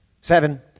Seven